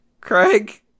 Craig